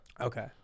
Okay